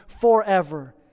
forever